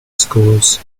schools